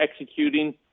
executing